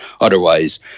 otherwise